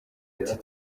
ati